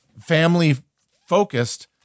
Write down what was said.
family-focused